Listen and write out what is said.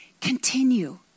continue